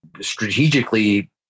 strategically